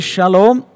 Shalom